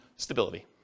Stability